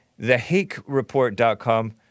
TheHakeReport.com